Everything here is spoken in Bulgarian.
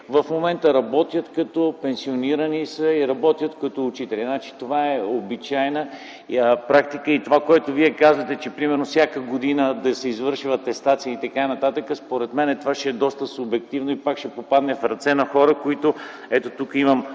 в момента са пенсионирани и работят като учители. Това е обичайна практика и това, което Вие казвате, че примерно всяка година да се извършва атестация и така нататък, според мен това ще е доста субективно и пак ще попадне в ръцете на хора, които